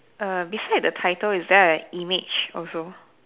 err beside the title is there a image also